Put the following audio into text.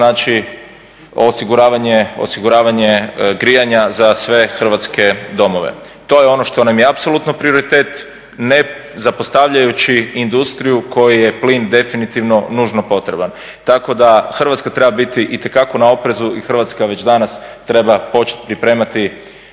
znači osiguravanje grijanja za sve hrvatske domove. To je ono što nam je apsolutno prioritet ne zapostavljajući industriju kojoj je plin definitivno nužno potreban, tako da Hrvatska treba biti itekako na oprezu i Hrvatska već danas treba početi pripremati